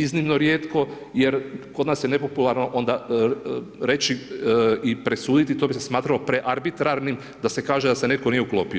iznimno rijetko, jer kod nas je nepopularno onda reći i presuditi, to bi se smatralo prearbitrarnim da se kaže da se netko nije uklopio.